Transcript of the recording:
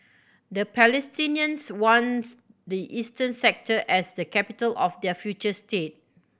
the Palestinians wants the eastern sector as the capital of their future state